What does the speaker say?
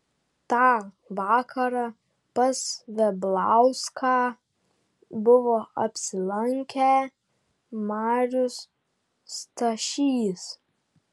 tą vakarą pas veblauską buvo apsilankę marius stašys